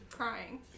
Crying